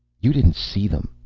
you didn't see them.